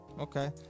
Okay